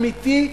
אמיתי,